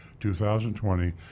2020